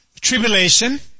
tribulation